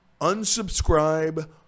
Unsubscribe